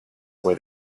where